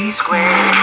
square